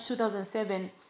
2007